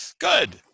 Good